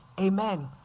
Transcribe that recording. Amen